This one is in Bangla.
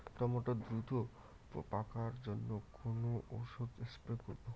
টমেটো দ্রুত পাকার জন্য কোন ওষুধ স্প্রে করব?